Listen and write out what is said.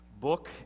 book